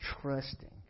trusting